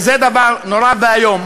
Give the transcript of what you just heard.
וזה דבר נורא ואיום.